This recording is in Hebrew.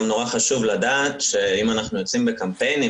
מאוד חשוב לדעת שאם אנחנו יוצאים בקמפיינים,